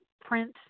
print